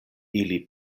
ili